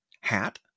hat